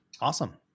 awesome